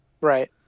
Right